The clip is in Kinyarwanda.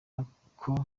uko